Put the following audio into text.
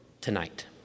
tonight